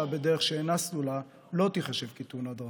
בדרך שאינה סלולה לא תיחשב תאונת דרכים.